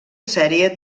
sèrie